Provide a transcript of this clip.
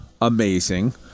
amazing